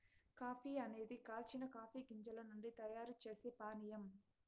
coffee అనేది కాల్చిన coffee గింజల నుండి తయారు చేసే పానీయం